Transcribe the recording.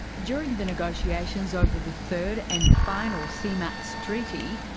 during the negotiations over the third and final cmats treaty,